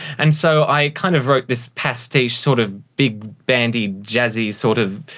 and so i kind of wrote this pastiche, sort of big-bandy, jazzy sort of,